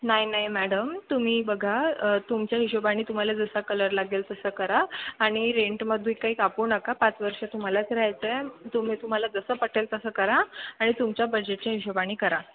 नाही नाही मॅडम तुम्ही बघा तुमच्या हिशोबानी तुम्हाला जसा कलर लागेल तसं करा आणि रेंटमधू काही कापू नका पाच वर्ष तुम्हालाच राहायचं आहे तुम्ही तुम्हाला जसं पटेल तसं करा आणि तुमच्या बजेटच्या हिशोबानी करा